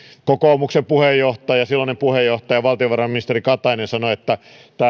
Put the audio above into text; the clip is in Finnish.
kokoomuksen silloinen puheenjohtaja valtiovarainministeri katainen sanoi että tämä